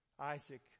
Isaac